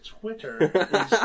Twitter